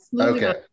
Okay